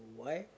why